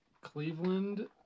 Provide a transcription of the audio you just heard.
Cleveland